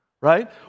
right